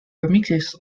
remixes